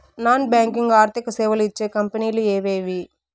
Non banking ఆర్థిక సేవలు ఇచ్చే కంపెని లు ఎవేవి?